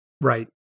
Right